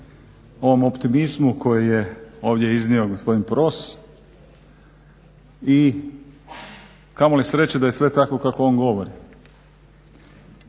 ovom optimizmu koji je ovdje iznio gospodin Pros i kamoli sreće da je sve tako kako on govori.